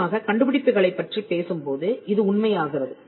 குறிப்பாக கண்டுபிடிப்புகளைப் பற்றி பேசும்போது இது உண்மையாகிறது